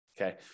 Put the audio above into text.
okay